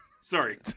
sorry